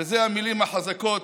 ואלה המילים החזקות,